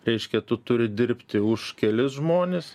reiškia tu turi dirbti už kelis žmones